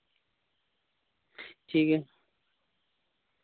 ᱴᱷᱤᱠᱜᱮᱭᱟ